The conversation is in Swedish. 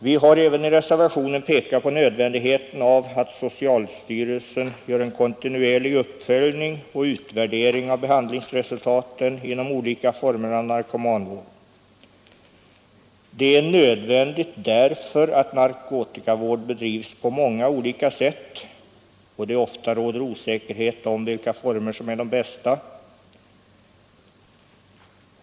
Vi har i reservationen även pekat på nödvändigheten av att socialstyrelsen gör en kontinuerlig uppföljning och utvärdering av behandlingsultaten inom olika former av narkomanvård. Detta är nödvändigt därför att narkotikavård bedrivs på många olika sätt och därför att det ofta råder osäkerhet om vilka former som är de bästa.